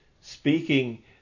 speaking